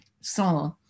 saw